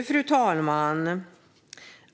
Fru talman!